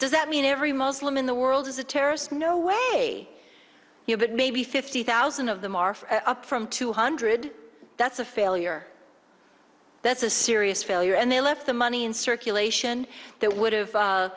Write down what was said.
does that mean every muslim in the world is a terrorist no way you get maybe fifty thousand of them are up from two hundred that's a failure that's a serious failure and they left the money in circulation that would have